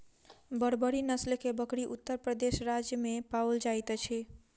बर्बरी नस्ल के बकरी उत्तर प्रदेश राज्य में पाओल जाइत अछि